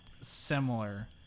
similar